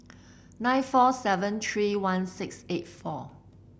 nine four seven three one six eight four